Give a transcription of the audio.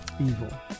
evil